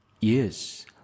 Yes